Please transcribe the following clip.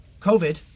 COVID